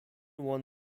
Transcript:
won